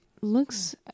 looks